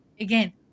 again